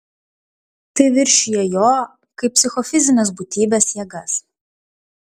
tai viršija jo kaip psichofizinės būtybės jėgas